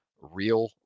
real